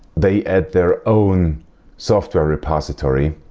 they add their own software repository